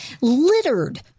littered